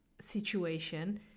situation